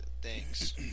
thanks